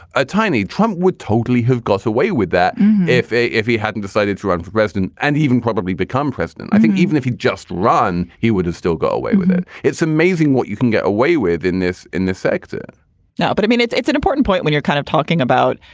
a tiny trump would totally have gotten away with that if if if he hadn't decided to run for president and even probably become president. i think even if he'd just run, he would have still got away with it. it's amazing what you can get away with in this in this sector now but i mean, it's it's an important point when you're kind of talking about,